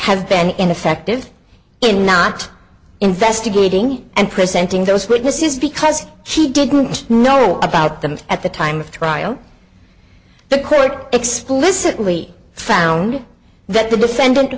have been ineffective in not investigating and presenting those witnesses because he didn't know about them at the time of the trial the court explicitly found that the defendant